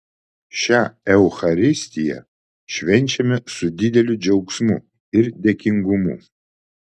šią eucharistiją švenčiame su dideliu džiaugsmu ir dėkingumu